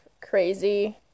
crazy